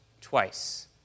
Twice